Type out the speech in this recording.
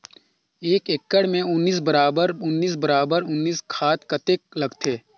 एक एकड़ मे उन्नीस बराबर उन्नीस बराबर उन्नीस खाद कतेक लगथे?